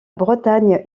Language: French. bretagne